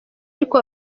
ariko